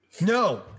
No